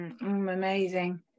amazing